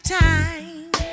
time